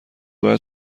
باید